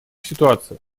ситуациях